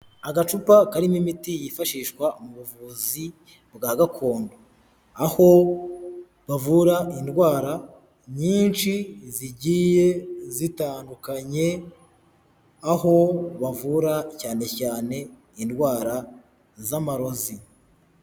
Agacupa karimo imiti yifashishwa mu buvuzi bwa gakondo, aho bavura indwara nyinshi zigiye zitandukanye, aho bavura cyane cyane indwara z'amarozi.